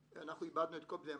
אנחנו איבדנו את כל בני המשפחה.